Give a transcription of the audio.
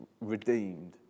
redeemed